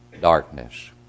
darkness